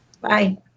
Bye